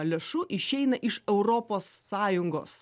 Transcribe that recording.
lėšų išeina iš europos sąjungos